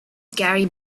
gary